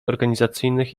organizacyjnych